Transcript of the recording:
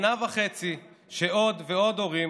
שנה וחצי עוד ועוד הורים